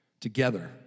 together